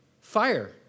Fire